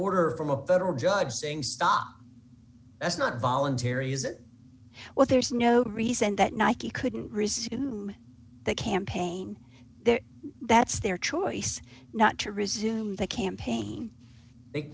order from a federal judge saying stop that's not voluntary is it well there's no reason that nike couldn't resist the campaign there that's their choice not to resume the campaign